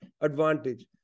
advantage